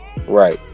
Right